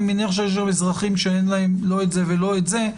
אני מניח שיש אזרחים שאין להם לא את זה ולא את זה.